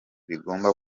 bigomba